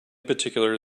particular